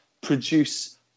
produce